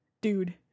Dude